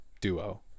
duo